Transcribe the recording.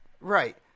Right